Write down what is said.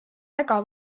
väga